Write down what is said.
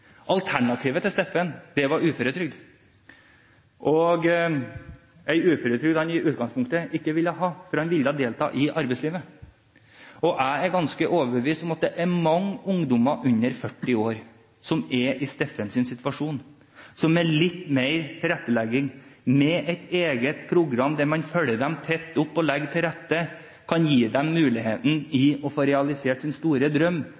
Alternativet til Steffen var uføretrygd, en uføretrygd han i utgangspunktet ikke ville ha, fordi han vil delta i arbeidslivet. Jeg er ganske overbevist om at det er mange ungdommer under 40 år som er i Steffens situasjon, som med litt mer tilrettelegging, med et eget program der man følger dem tett opp og legger til rette, kan gi dem muligheten til å få realisert sin store drøm,